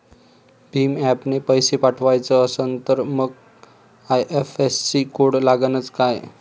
भीम ॲपनं पैसे पाठवायचा असन तर मंग आय.एफ.एस.सी कोड लागनच काय?